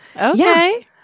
Okay